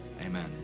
Amen